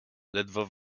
ledwo